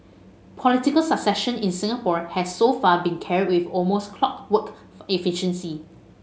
political succession in Singapore has so far been carried almost clockwork efficiency